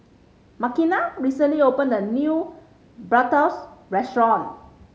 Makena recently opened a new Bratwurst Restaurant